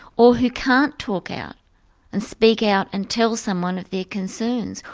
or who can't talk out and speak out and tell someone of their concerns,